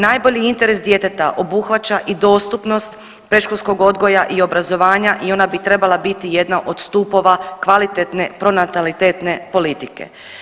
Najbolji interes djeteta obuhvaća i dostupnost predškolskog odgoja i obrazovanja i ona bi trebala biti jedna od stupova kvalitetne pronatalitetne politike.